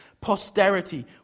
Posterity